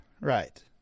right